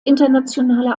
internationale